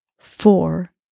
four